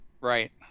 Right